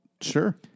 Sure